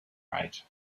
rate